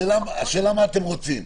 השאלה מה אתם רוצים.